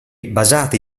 basati